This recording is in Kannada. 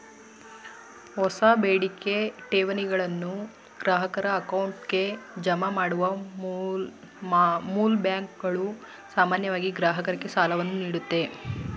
ಹೊಸ ಬೇಡಿಕೆ ಠೇವಣಿಗಳನ್ನು ಗ್ರಾಹಕರ ಅಕೌಂಟ್ಗೆ ಜಮಾ ಮಾಡುವ ಮೂಲ್ ಬ್ಯಾಂಕ್ಗಳು ಸಾಮಾನ್ಯವಾಗಿ ಗ್ರಾಹಕರಿಗೆ ಸಾಲವನ್ನು ನೀಡುತ್ತೆ